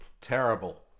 terrible